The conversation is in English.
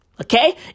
Okay